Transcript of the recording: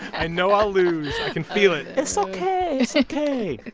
i know i'll lose. i can feel it it's ok. it's ok